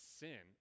sin